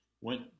went